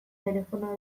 telefono